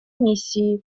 миссии